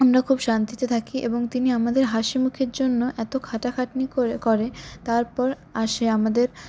আমরা খুব শান্তিতে থাকি এবং তিনি আমাদের হাসিমুখের জন্য এত খাটা খাটনি করে তারপর আসে আমাদের